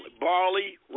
barley